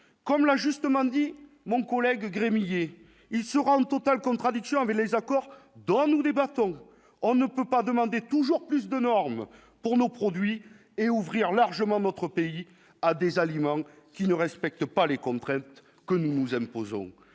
comme l'a justement dit mon collègue milliers il sera en totale contradiction avec les accords d'Oslo nous débattons, on ne peut pas demander toujours plus de normes pour nos produits et ouvrir largement notre pays a des aliments qui ne respectent pas les contraintes que nous impose